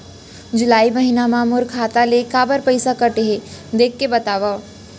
जुलाई महीना मा मोर खाता ले काबर पइसा कटे हे, देख के बतावव?